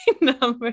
number